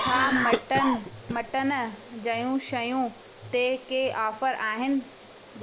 छा mutton mutton जूं शयूं ते के ऑफर आहिनि